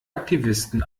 aktivisten